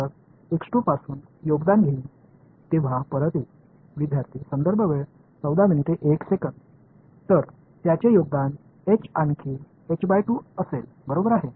மாணவர் பின்னர் நான் க்கு வருவேன் நான் செய்வேன் அத்துடன் உள்ள கோஏபிசிஎன்ட் என்னவாக இருக்கும்